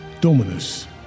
Dominus